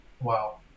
wow